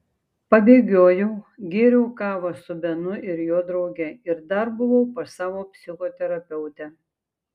pabėgiojau gėriau kavą su benu ir jo drauge ir dar buvau pas savo psichoterapeutę